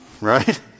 Right